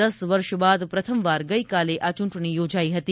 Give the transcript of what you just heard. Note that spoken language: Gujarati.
દસ વર્ષ બાદ પ્રથમવાર ગઈકાલે આ ચૂંટણી યોજાઈ હતી